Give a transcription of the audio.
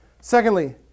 Secondly